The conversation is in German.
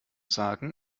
sagen